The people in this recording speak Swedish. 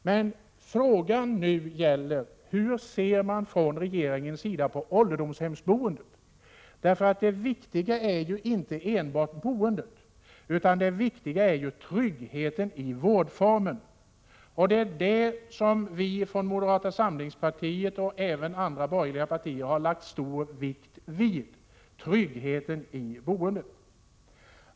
Men frågan är hur man från regeringens sida ser på boendet i ålderdomshem. Det viktiga är ju inte enbart boendet utan även tryggheten i vårdformen. Det är tryggheten i boendet som moderata samlingspartiet och även andra borgerliga partier har lagt stor vikt vid.